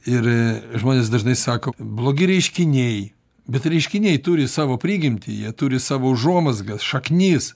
ir žmonės dažnai sako blogi reiškiniai bet reiškiniai turi savo prigimtį jie turi savo užuomazgas šaknis